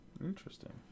interesting